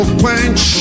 quench